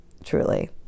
truly